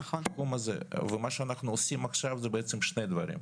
עכשיו אנחנו עושים למעשה שני דברים: